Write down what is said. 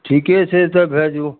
ठीके छै तऽ भेजु